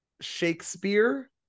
Shakespeare